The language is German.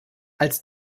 als